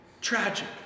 Tragic